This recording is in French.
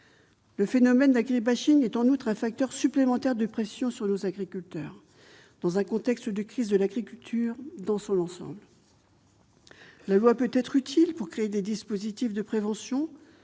Le phénomène d'agri-bashing est en outre un facteur supplémentaire de pression sur nos agriculteurs, dans un contexte de crise de l'agriculture dans son ensemble. La loi peut être utile pour créer des dispositifs de prévention,